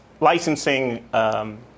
licensing